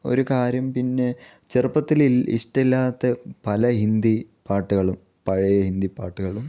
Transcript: ഒരു കാര്യം പിന്നെ ചെറുപ്പത്തിൽ ഇൽ ഇഷ്ടമില്ലാത്ത പല ഹിന്ദി പാട്ടുകളും പഴയ ഹിന്ദി പാട്ടുകളും